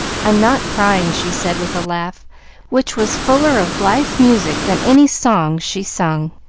i'm not crying, she said with a laugh which was fuller of blithe music than any song she sung.